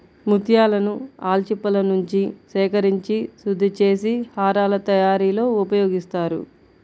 ముత్యాలను ఆల్చిప్పలనుంచి సేకరించి శుద్ధి చేసి హారాల తయారీలో ఉపయోగిస్తారు